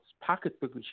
pocketbook